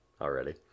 already